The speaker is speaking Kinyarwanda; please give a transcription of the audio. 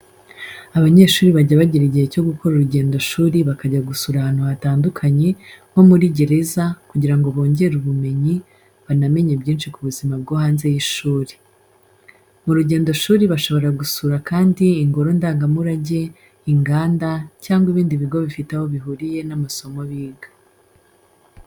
Abanyeshuri bajya bagira igihe cyo gukora urugendoshuri bakajya gusura ahantu hatandukanye, nko muri gereza kugira ngo bongere ubumenyi banamenye byinshi ku buzima bwo hanze y'ishuri. Mu rugendoshuri bashobora gusura kandi ingoro ndangamurage, inganda, cyangwa ibindi bigo bifite aho bihuriye n'amasomo biga.